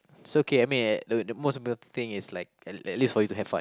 it's okay I mean the the most important thing is like at at least for you to have fun